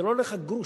זה לא עולה לך גרוש.